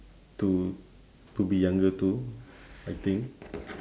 to to be younger too I think